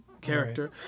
character